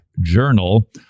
journal